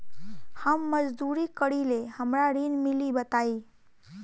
हम मजदूरी करीले हमरा ऋण मिली बताई?